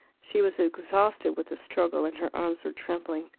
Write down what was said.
she was exhausted with the struggle, and her arms were trembling.